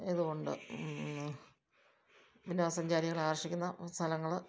ഇതുകൊണ്ട് വിനോദ സഞ്ചാരികളെ ആകർഷിക്കുന്ന സ്ഥലങ്ങൾ